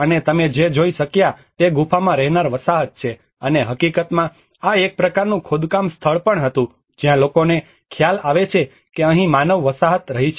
અને તમે જે જોઈ શક્યા તે ગુફામાં રહેનાર વસાહત છે અને હકીકતમાં આ એક પ્રકારનું ખોદકામ સ્થળ પણ હતું જ્યાં લોકોને ખ્યાલ આવે છે કે અહીં માનવ વસાહત રહી છે